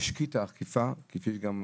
המשקית העקיפה כי יש גם בעקיפין,